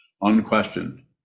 unquestioned